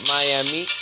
Miami